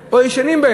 או ישנים.